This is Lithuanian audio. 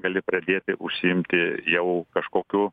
gali pradėti užsiimti jau kažkokiu